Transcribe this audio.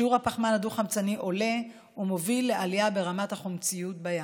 שיעור הפחמן הדו-חמצני עולה ומוביל לעלייה ברמת החומציות בים.